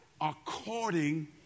according